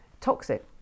toxic